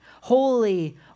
Holy